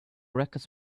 records